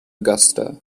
augusta